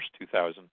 2000